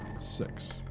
Six